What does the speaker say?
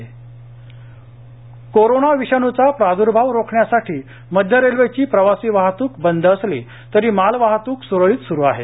मालवाहतूक कोरोना विषाणूचा प्राद्भाव रोखण्यासाठी मध्य रेल्वेची प्रवासी वाहतूक बंद असली तरी मालवाहत्क स्रळीत स्रु आहे